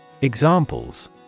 Examples